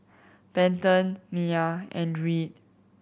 Benton Miya and Reed